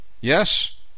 Yes